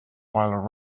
while